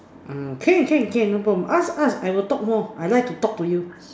um can can can no problem ask ask I will talk more I like to talk to you